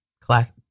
class